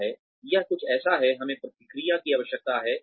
यह कुछ ऐसा है हमें प्रतिक्रिया की आवश्यकता है